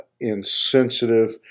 insensitive